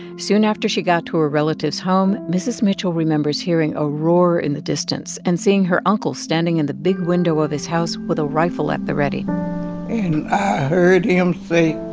soon after she got to a relative's home, mrs. mitchell remembers hearing a roar in the distance and seeing her uncle standing in the big window of his house with a rifle at the ready and i heard him say,